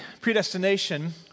predestination